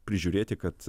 prižiūrėti kad